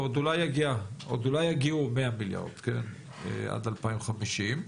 ועוד אולי יגיעו 100 מיליארד עד 2050,